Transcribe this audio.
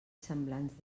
semblants